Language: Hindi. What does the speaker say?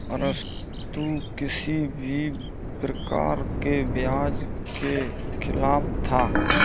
अरस्तु किसी भी प्रकार के ब्याज के खिलाफ था